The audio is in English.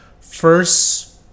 first